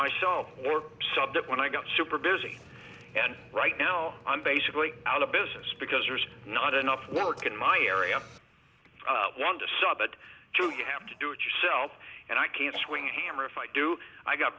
myself or sub that when i got super busy and right now i'm basically out of business because there's not enough work in my area want to sub it too you have to do it yourself and i can swing a hammer if i do i got